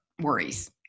worries